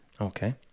Okay